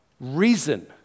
reason